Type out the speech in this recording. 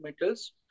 metals